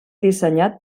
dissenyat